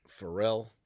Pharrell